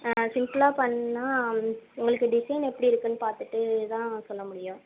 சிம்பிளா பண்ணால் உங்களுக்கு டிசைன் எப்படி இருக்குன்னு பார்த்துட்டு தான் சொல்ல முடியும்